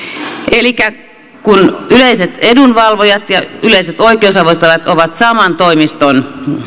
elikkä kun yleiset edunvalvojat ja yleiset oikeusavustajat ovat saman toimiston